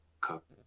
cook